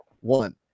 one